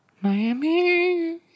Miami